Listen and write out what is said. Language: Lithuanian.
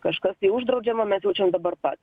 kažkas tai uždraudžiama mes jaučiam dabar pat